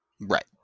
Right